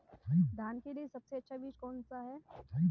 धान के लिए सबसे अच्छा बीज कौन सा है?